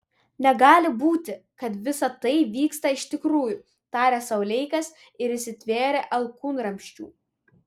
negali būti kad visa tai vyksta iš tikrųjų tarė sau leikas ir įsitvėrė alkūnramsčių